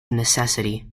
necessity